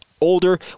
older